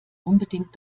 unbedingt